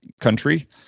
country